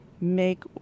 make